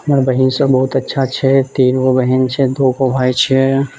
हमर बहीन सभ बहुत अच्छा छै तीनगो बहीन छै दूगो भाइ छै